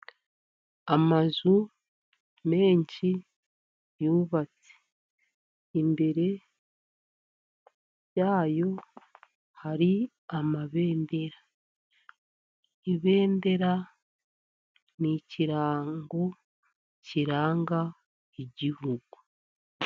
Amazu menshi yubatse, imbere yayo hari amabendera, ibendera ni ikirango kiranga igihugu.